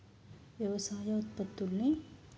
వ్యవసాయ ఉత్పత్తుల్ని